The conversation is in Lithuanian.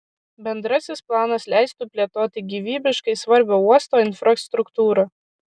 bendrasis planas leistų plėtoti gyvybiškai svarbią uosto infrastruktūrą